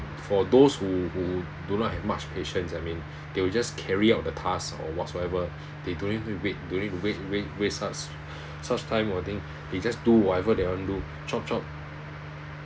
for those who who do not have much patience I mean they will just carry out the task or whatsoever they don't need even wait don't need to wait wait waste such such time or anything they just do whatever they want to do chop chop